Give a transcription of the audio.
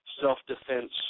self-defense